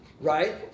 right